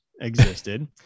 existed